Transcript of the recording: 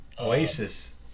Oasis